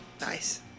nice